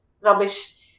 rubbish